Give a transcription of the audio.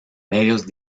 medios